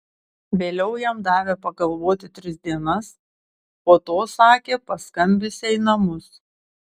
vėliau jam davė pagalvoti tris dienas po to sakė paskambinsią į namus